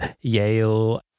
Yale